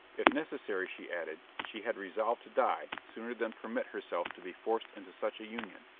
if necessary, she added, she had resolved to die sooner than permit herself to be forced into such a union,